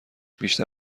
بیشتر